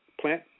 plant